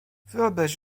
wyobraź